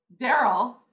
Daryl